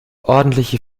ordentliche